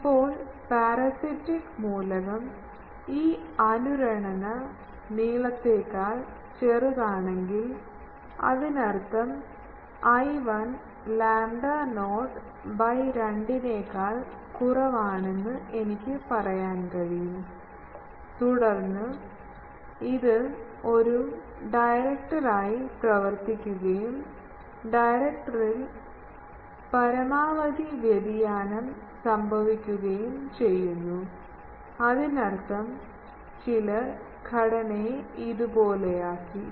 ഇപ്പോൾ പരാസിറ്റിക്ക് മൂലകം ഈ അനുരണന നീളത്തേക്കാൾ ചെറുതാണെങ്കിൽ അതിനർത്ഥം l1 lambda not by രണ്ട് നേക്കാൾ കുറവാണെന്ന് എനിക്ക് പറയാൻ കഴിയും തുടർന്ന് ഇത് ഒരു ഡയറക്ടറായി പ്രവർത്തിക്കുകയും ഡയറക്ടറിൽ പരമാവധി വ്യതിയാനം സംഭവിക്കുകയും ചെയ്യുന്നു അതിനർത്ഥം ചിലർ ഘടനയെ ഇതുപോലെയാക്കി